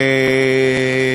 ותרופה זה,